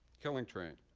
killing train.